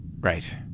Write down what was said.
Right